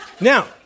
now